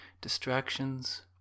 distractions